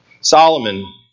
Solomon